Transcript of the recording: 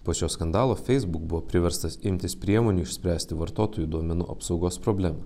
po šio skandalo facebook buvo priverstas imtis priemonių išspręsti vartotojų duomenų apsaugos problemą